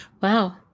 Wow